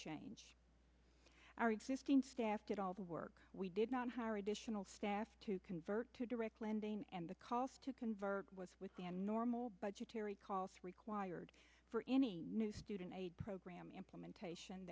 change our existing staff did all the work we did not hire additional staff to convert to direct lending and the cost to convert with the normal budgetary calls required for any new student aid program implementation